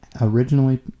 originally